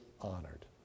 honored